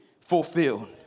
fulfilled